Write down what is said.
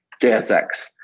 JSX